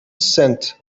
scent